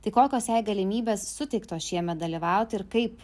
tai kokios jai galimybės suteiktos šiemet dalyvauti ir kaip